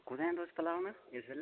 कुत्थैं न तुस भला हून इस बेल्लै